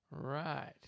Right